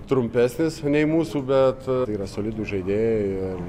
trumpesnis nei mūsų bet tai yra solidūs žaidėjai ir